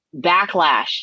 backlash